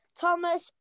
Thomas